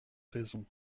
raisons